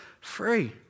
free